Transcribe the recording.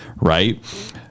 Right